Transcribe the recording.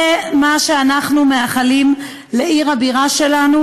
זה מה שאנחנו מאחלים לעיר הבירה שלנו?